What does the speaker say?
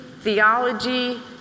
theology